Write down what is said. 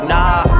Nah